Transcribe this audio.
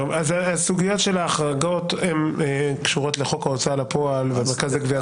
הסוגיה של ההחרגות קשורה לחוק ההוצאה לפועל ולמרכז לגביית הקנסות.